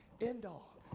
end-all